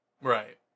Right